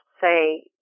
say